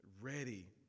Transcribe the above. ready